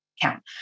count